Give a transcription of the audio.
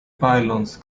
pylons